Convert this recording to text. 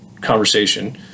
conversation